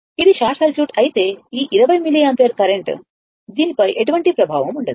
ఇది short circuit అయితే ఈ 20 మిల్లియాంపియర్ కరెంట్ దీనిపై ఎటువంటి ప్రభావం ఉండదు